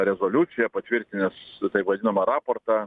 rezoliuciją patvirtinęs taip vadinamą raportą